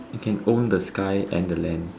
you can own the sky and the land